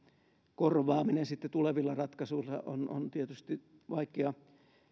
korvaaminen sitten tulevilla ratkaisuilla on on tietysti vaikea